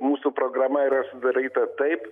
mūsų programa yra sudaryta taip